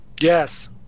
Yes